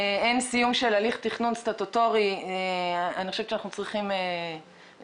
אין סיום של הליך תכנון סטטוטורי אנחנו צריכים לערב